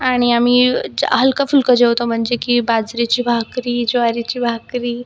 आणि आम्ही हलकं फुलकं जेवतो म्हणजे की बाजरीची भाकरी ज्वारीची भाकरी